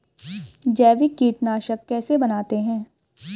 जैविक कीटनाशक कैसे बनाते हैं?